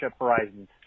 horizons